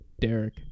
Derek